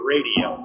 Radio